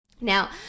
Now